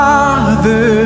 Father